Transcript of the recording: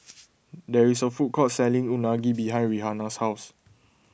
there is a food court selling Unagi behind Rihanna's house